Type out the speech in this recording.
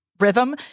rhythm